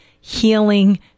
healing